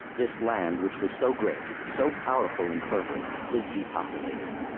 this land which was so great, so powerful and fertile was depopulated.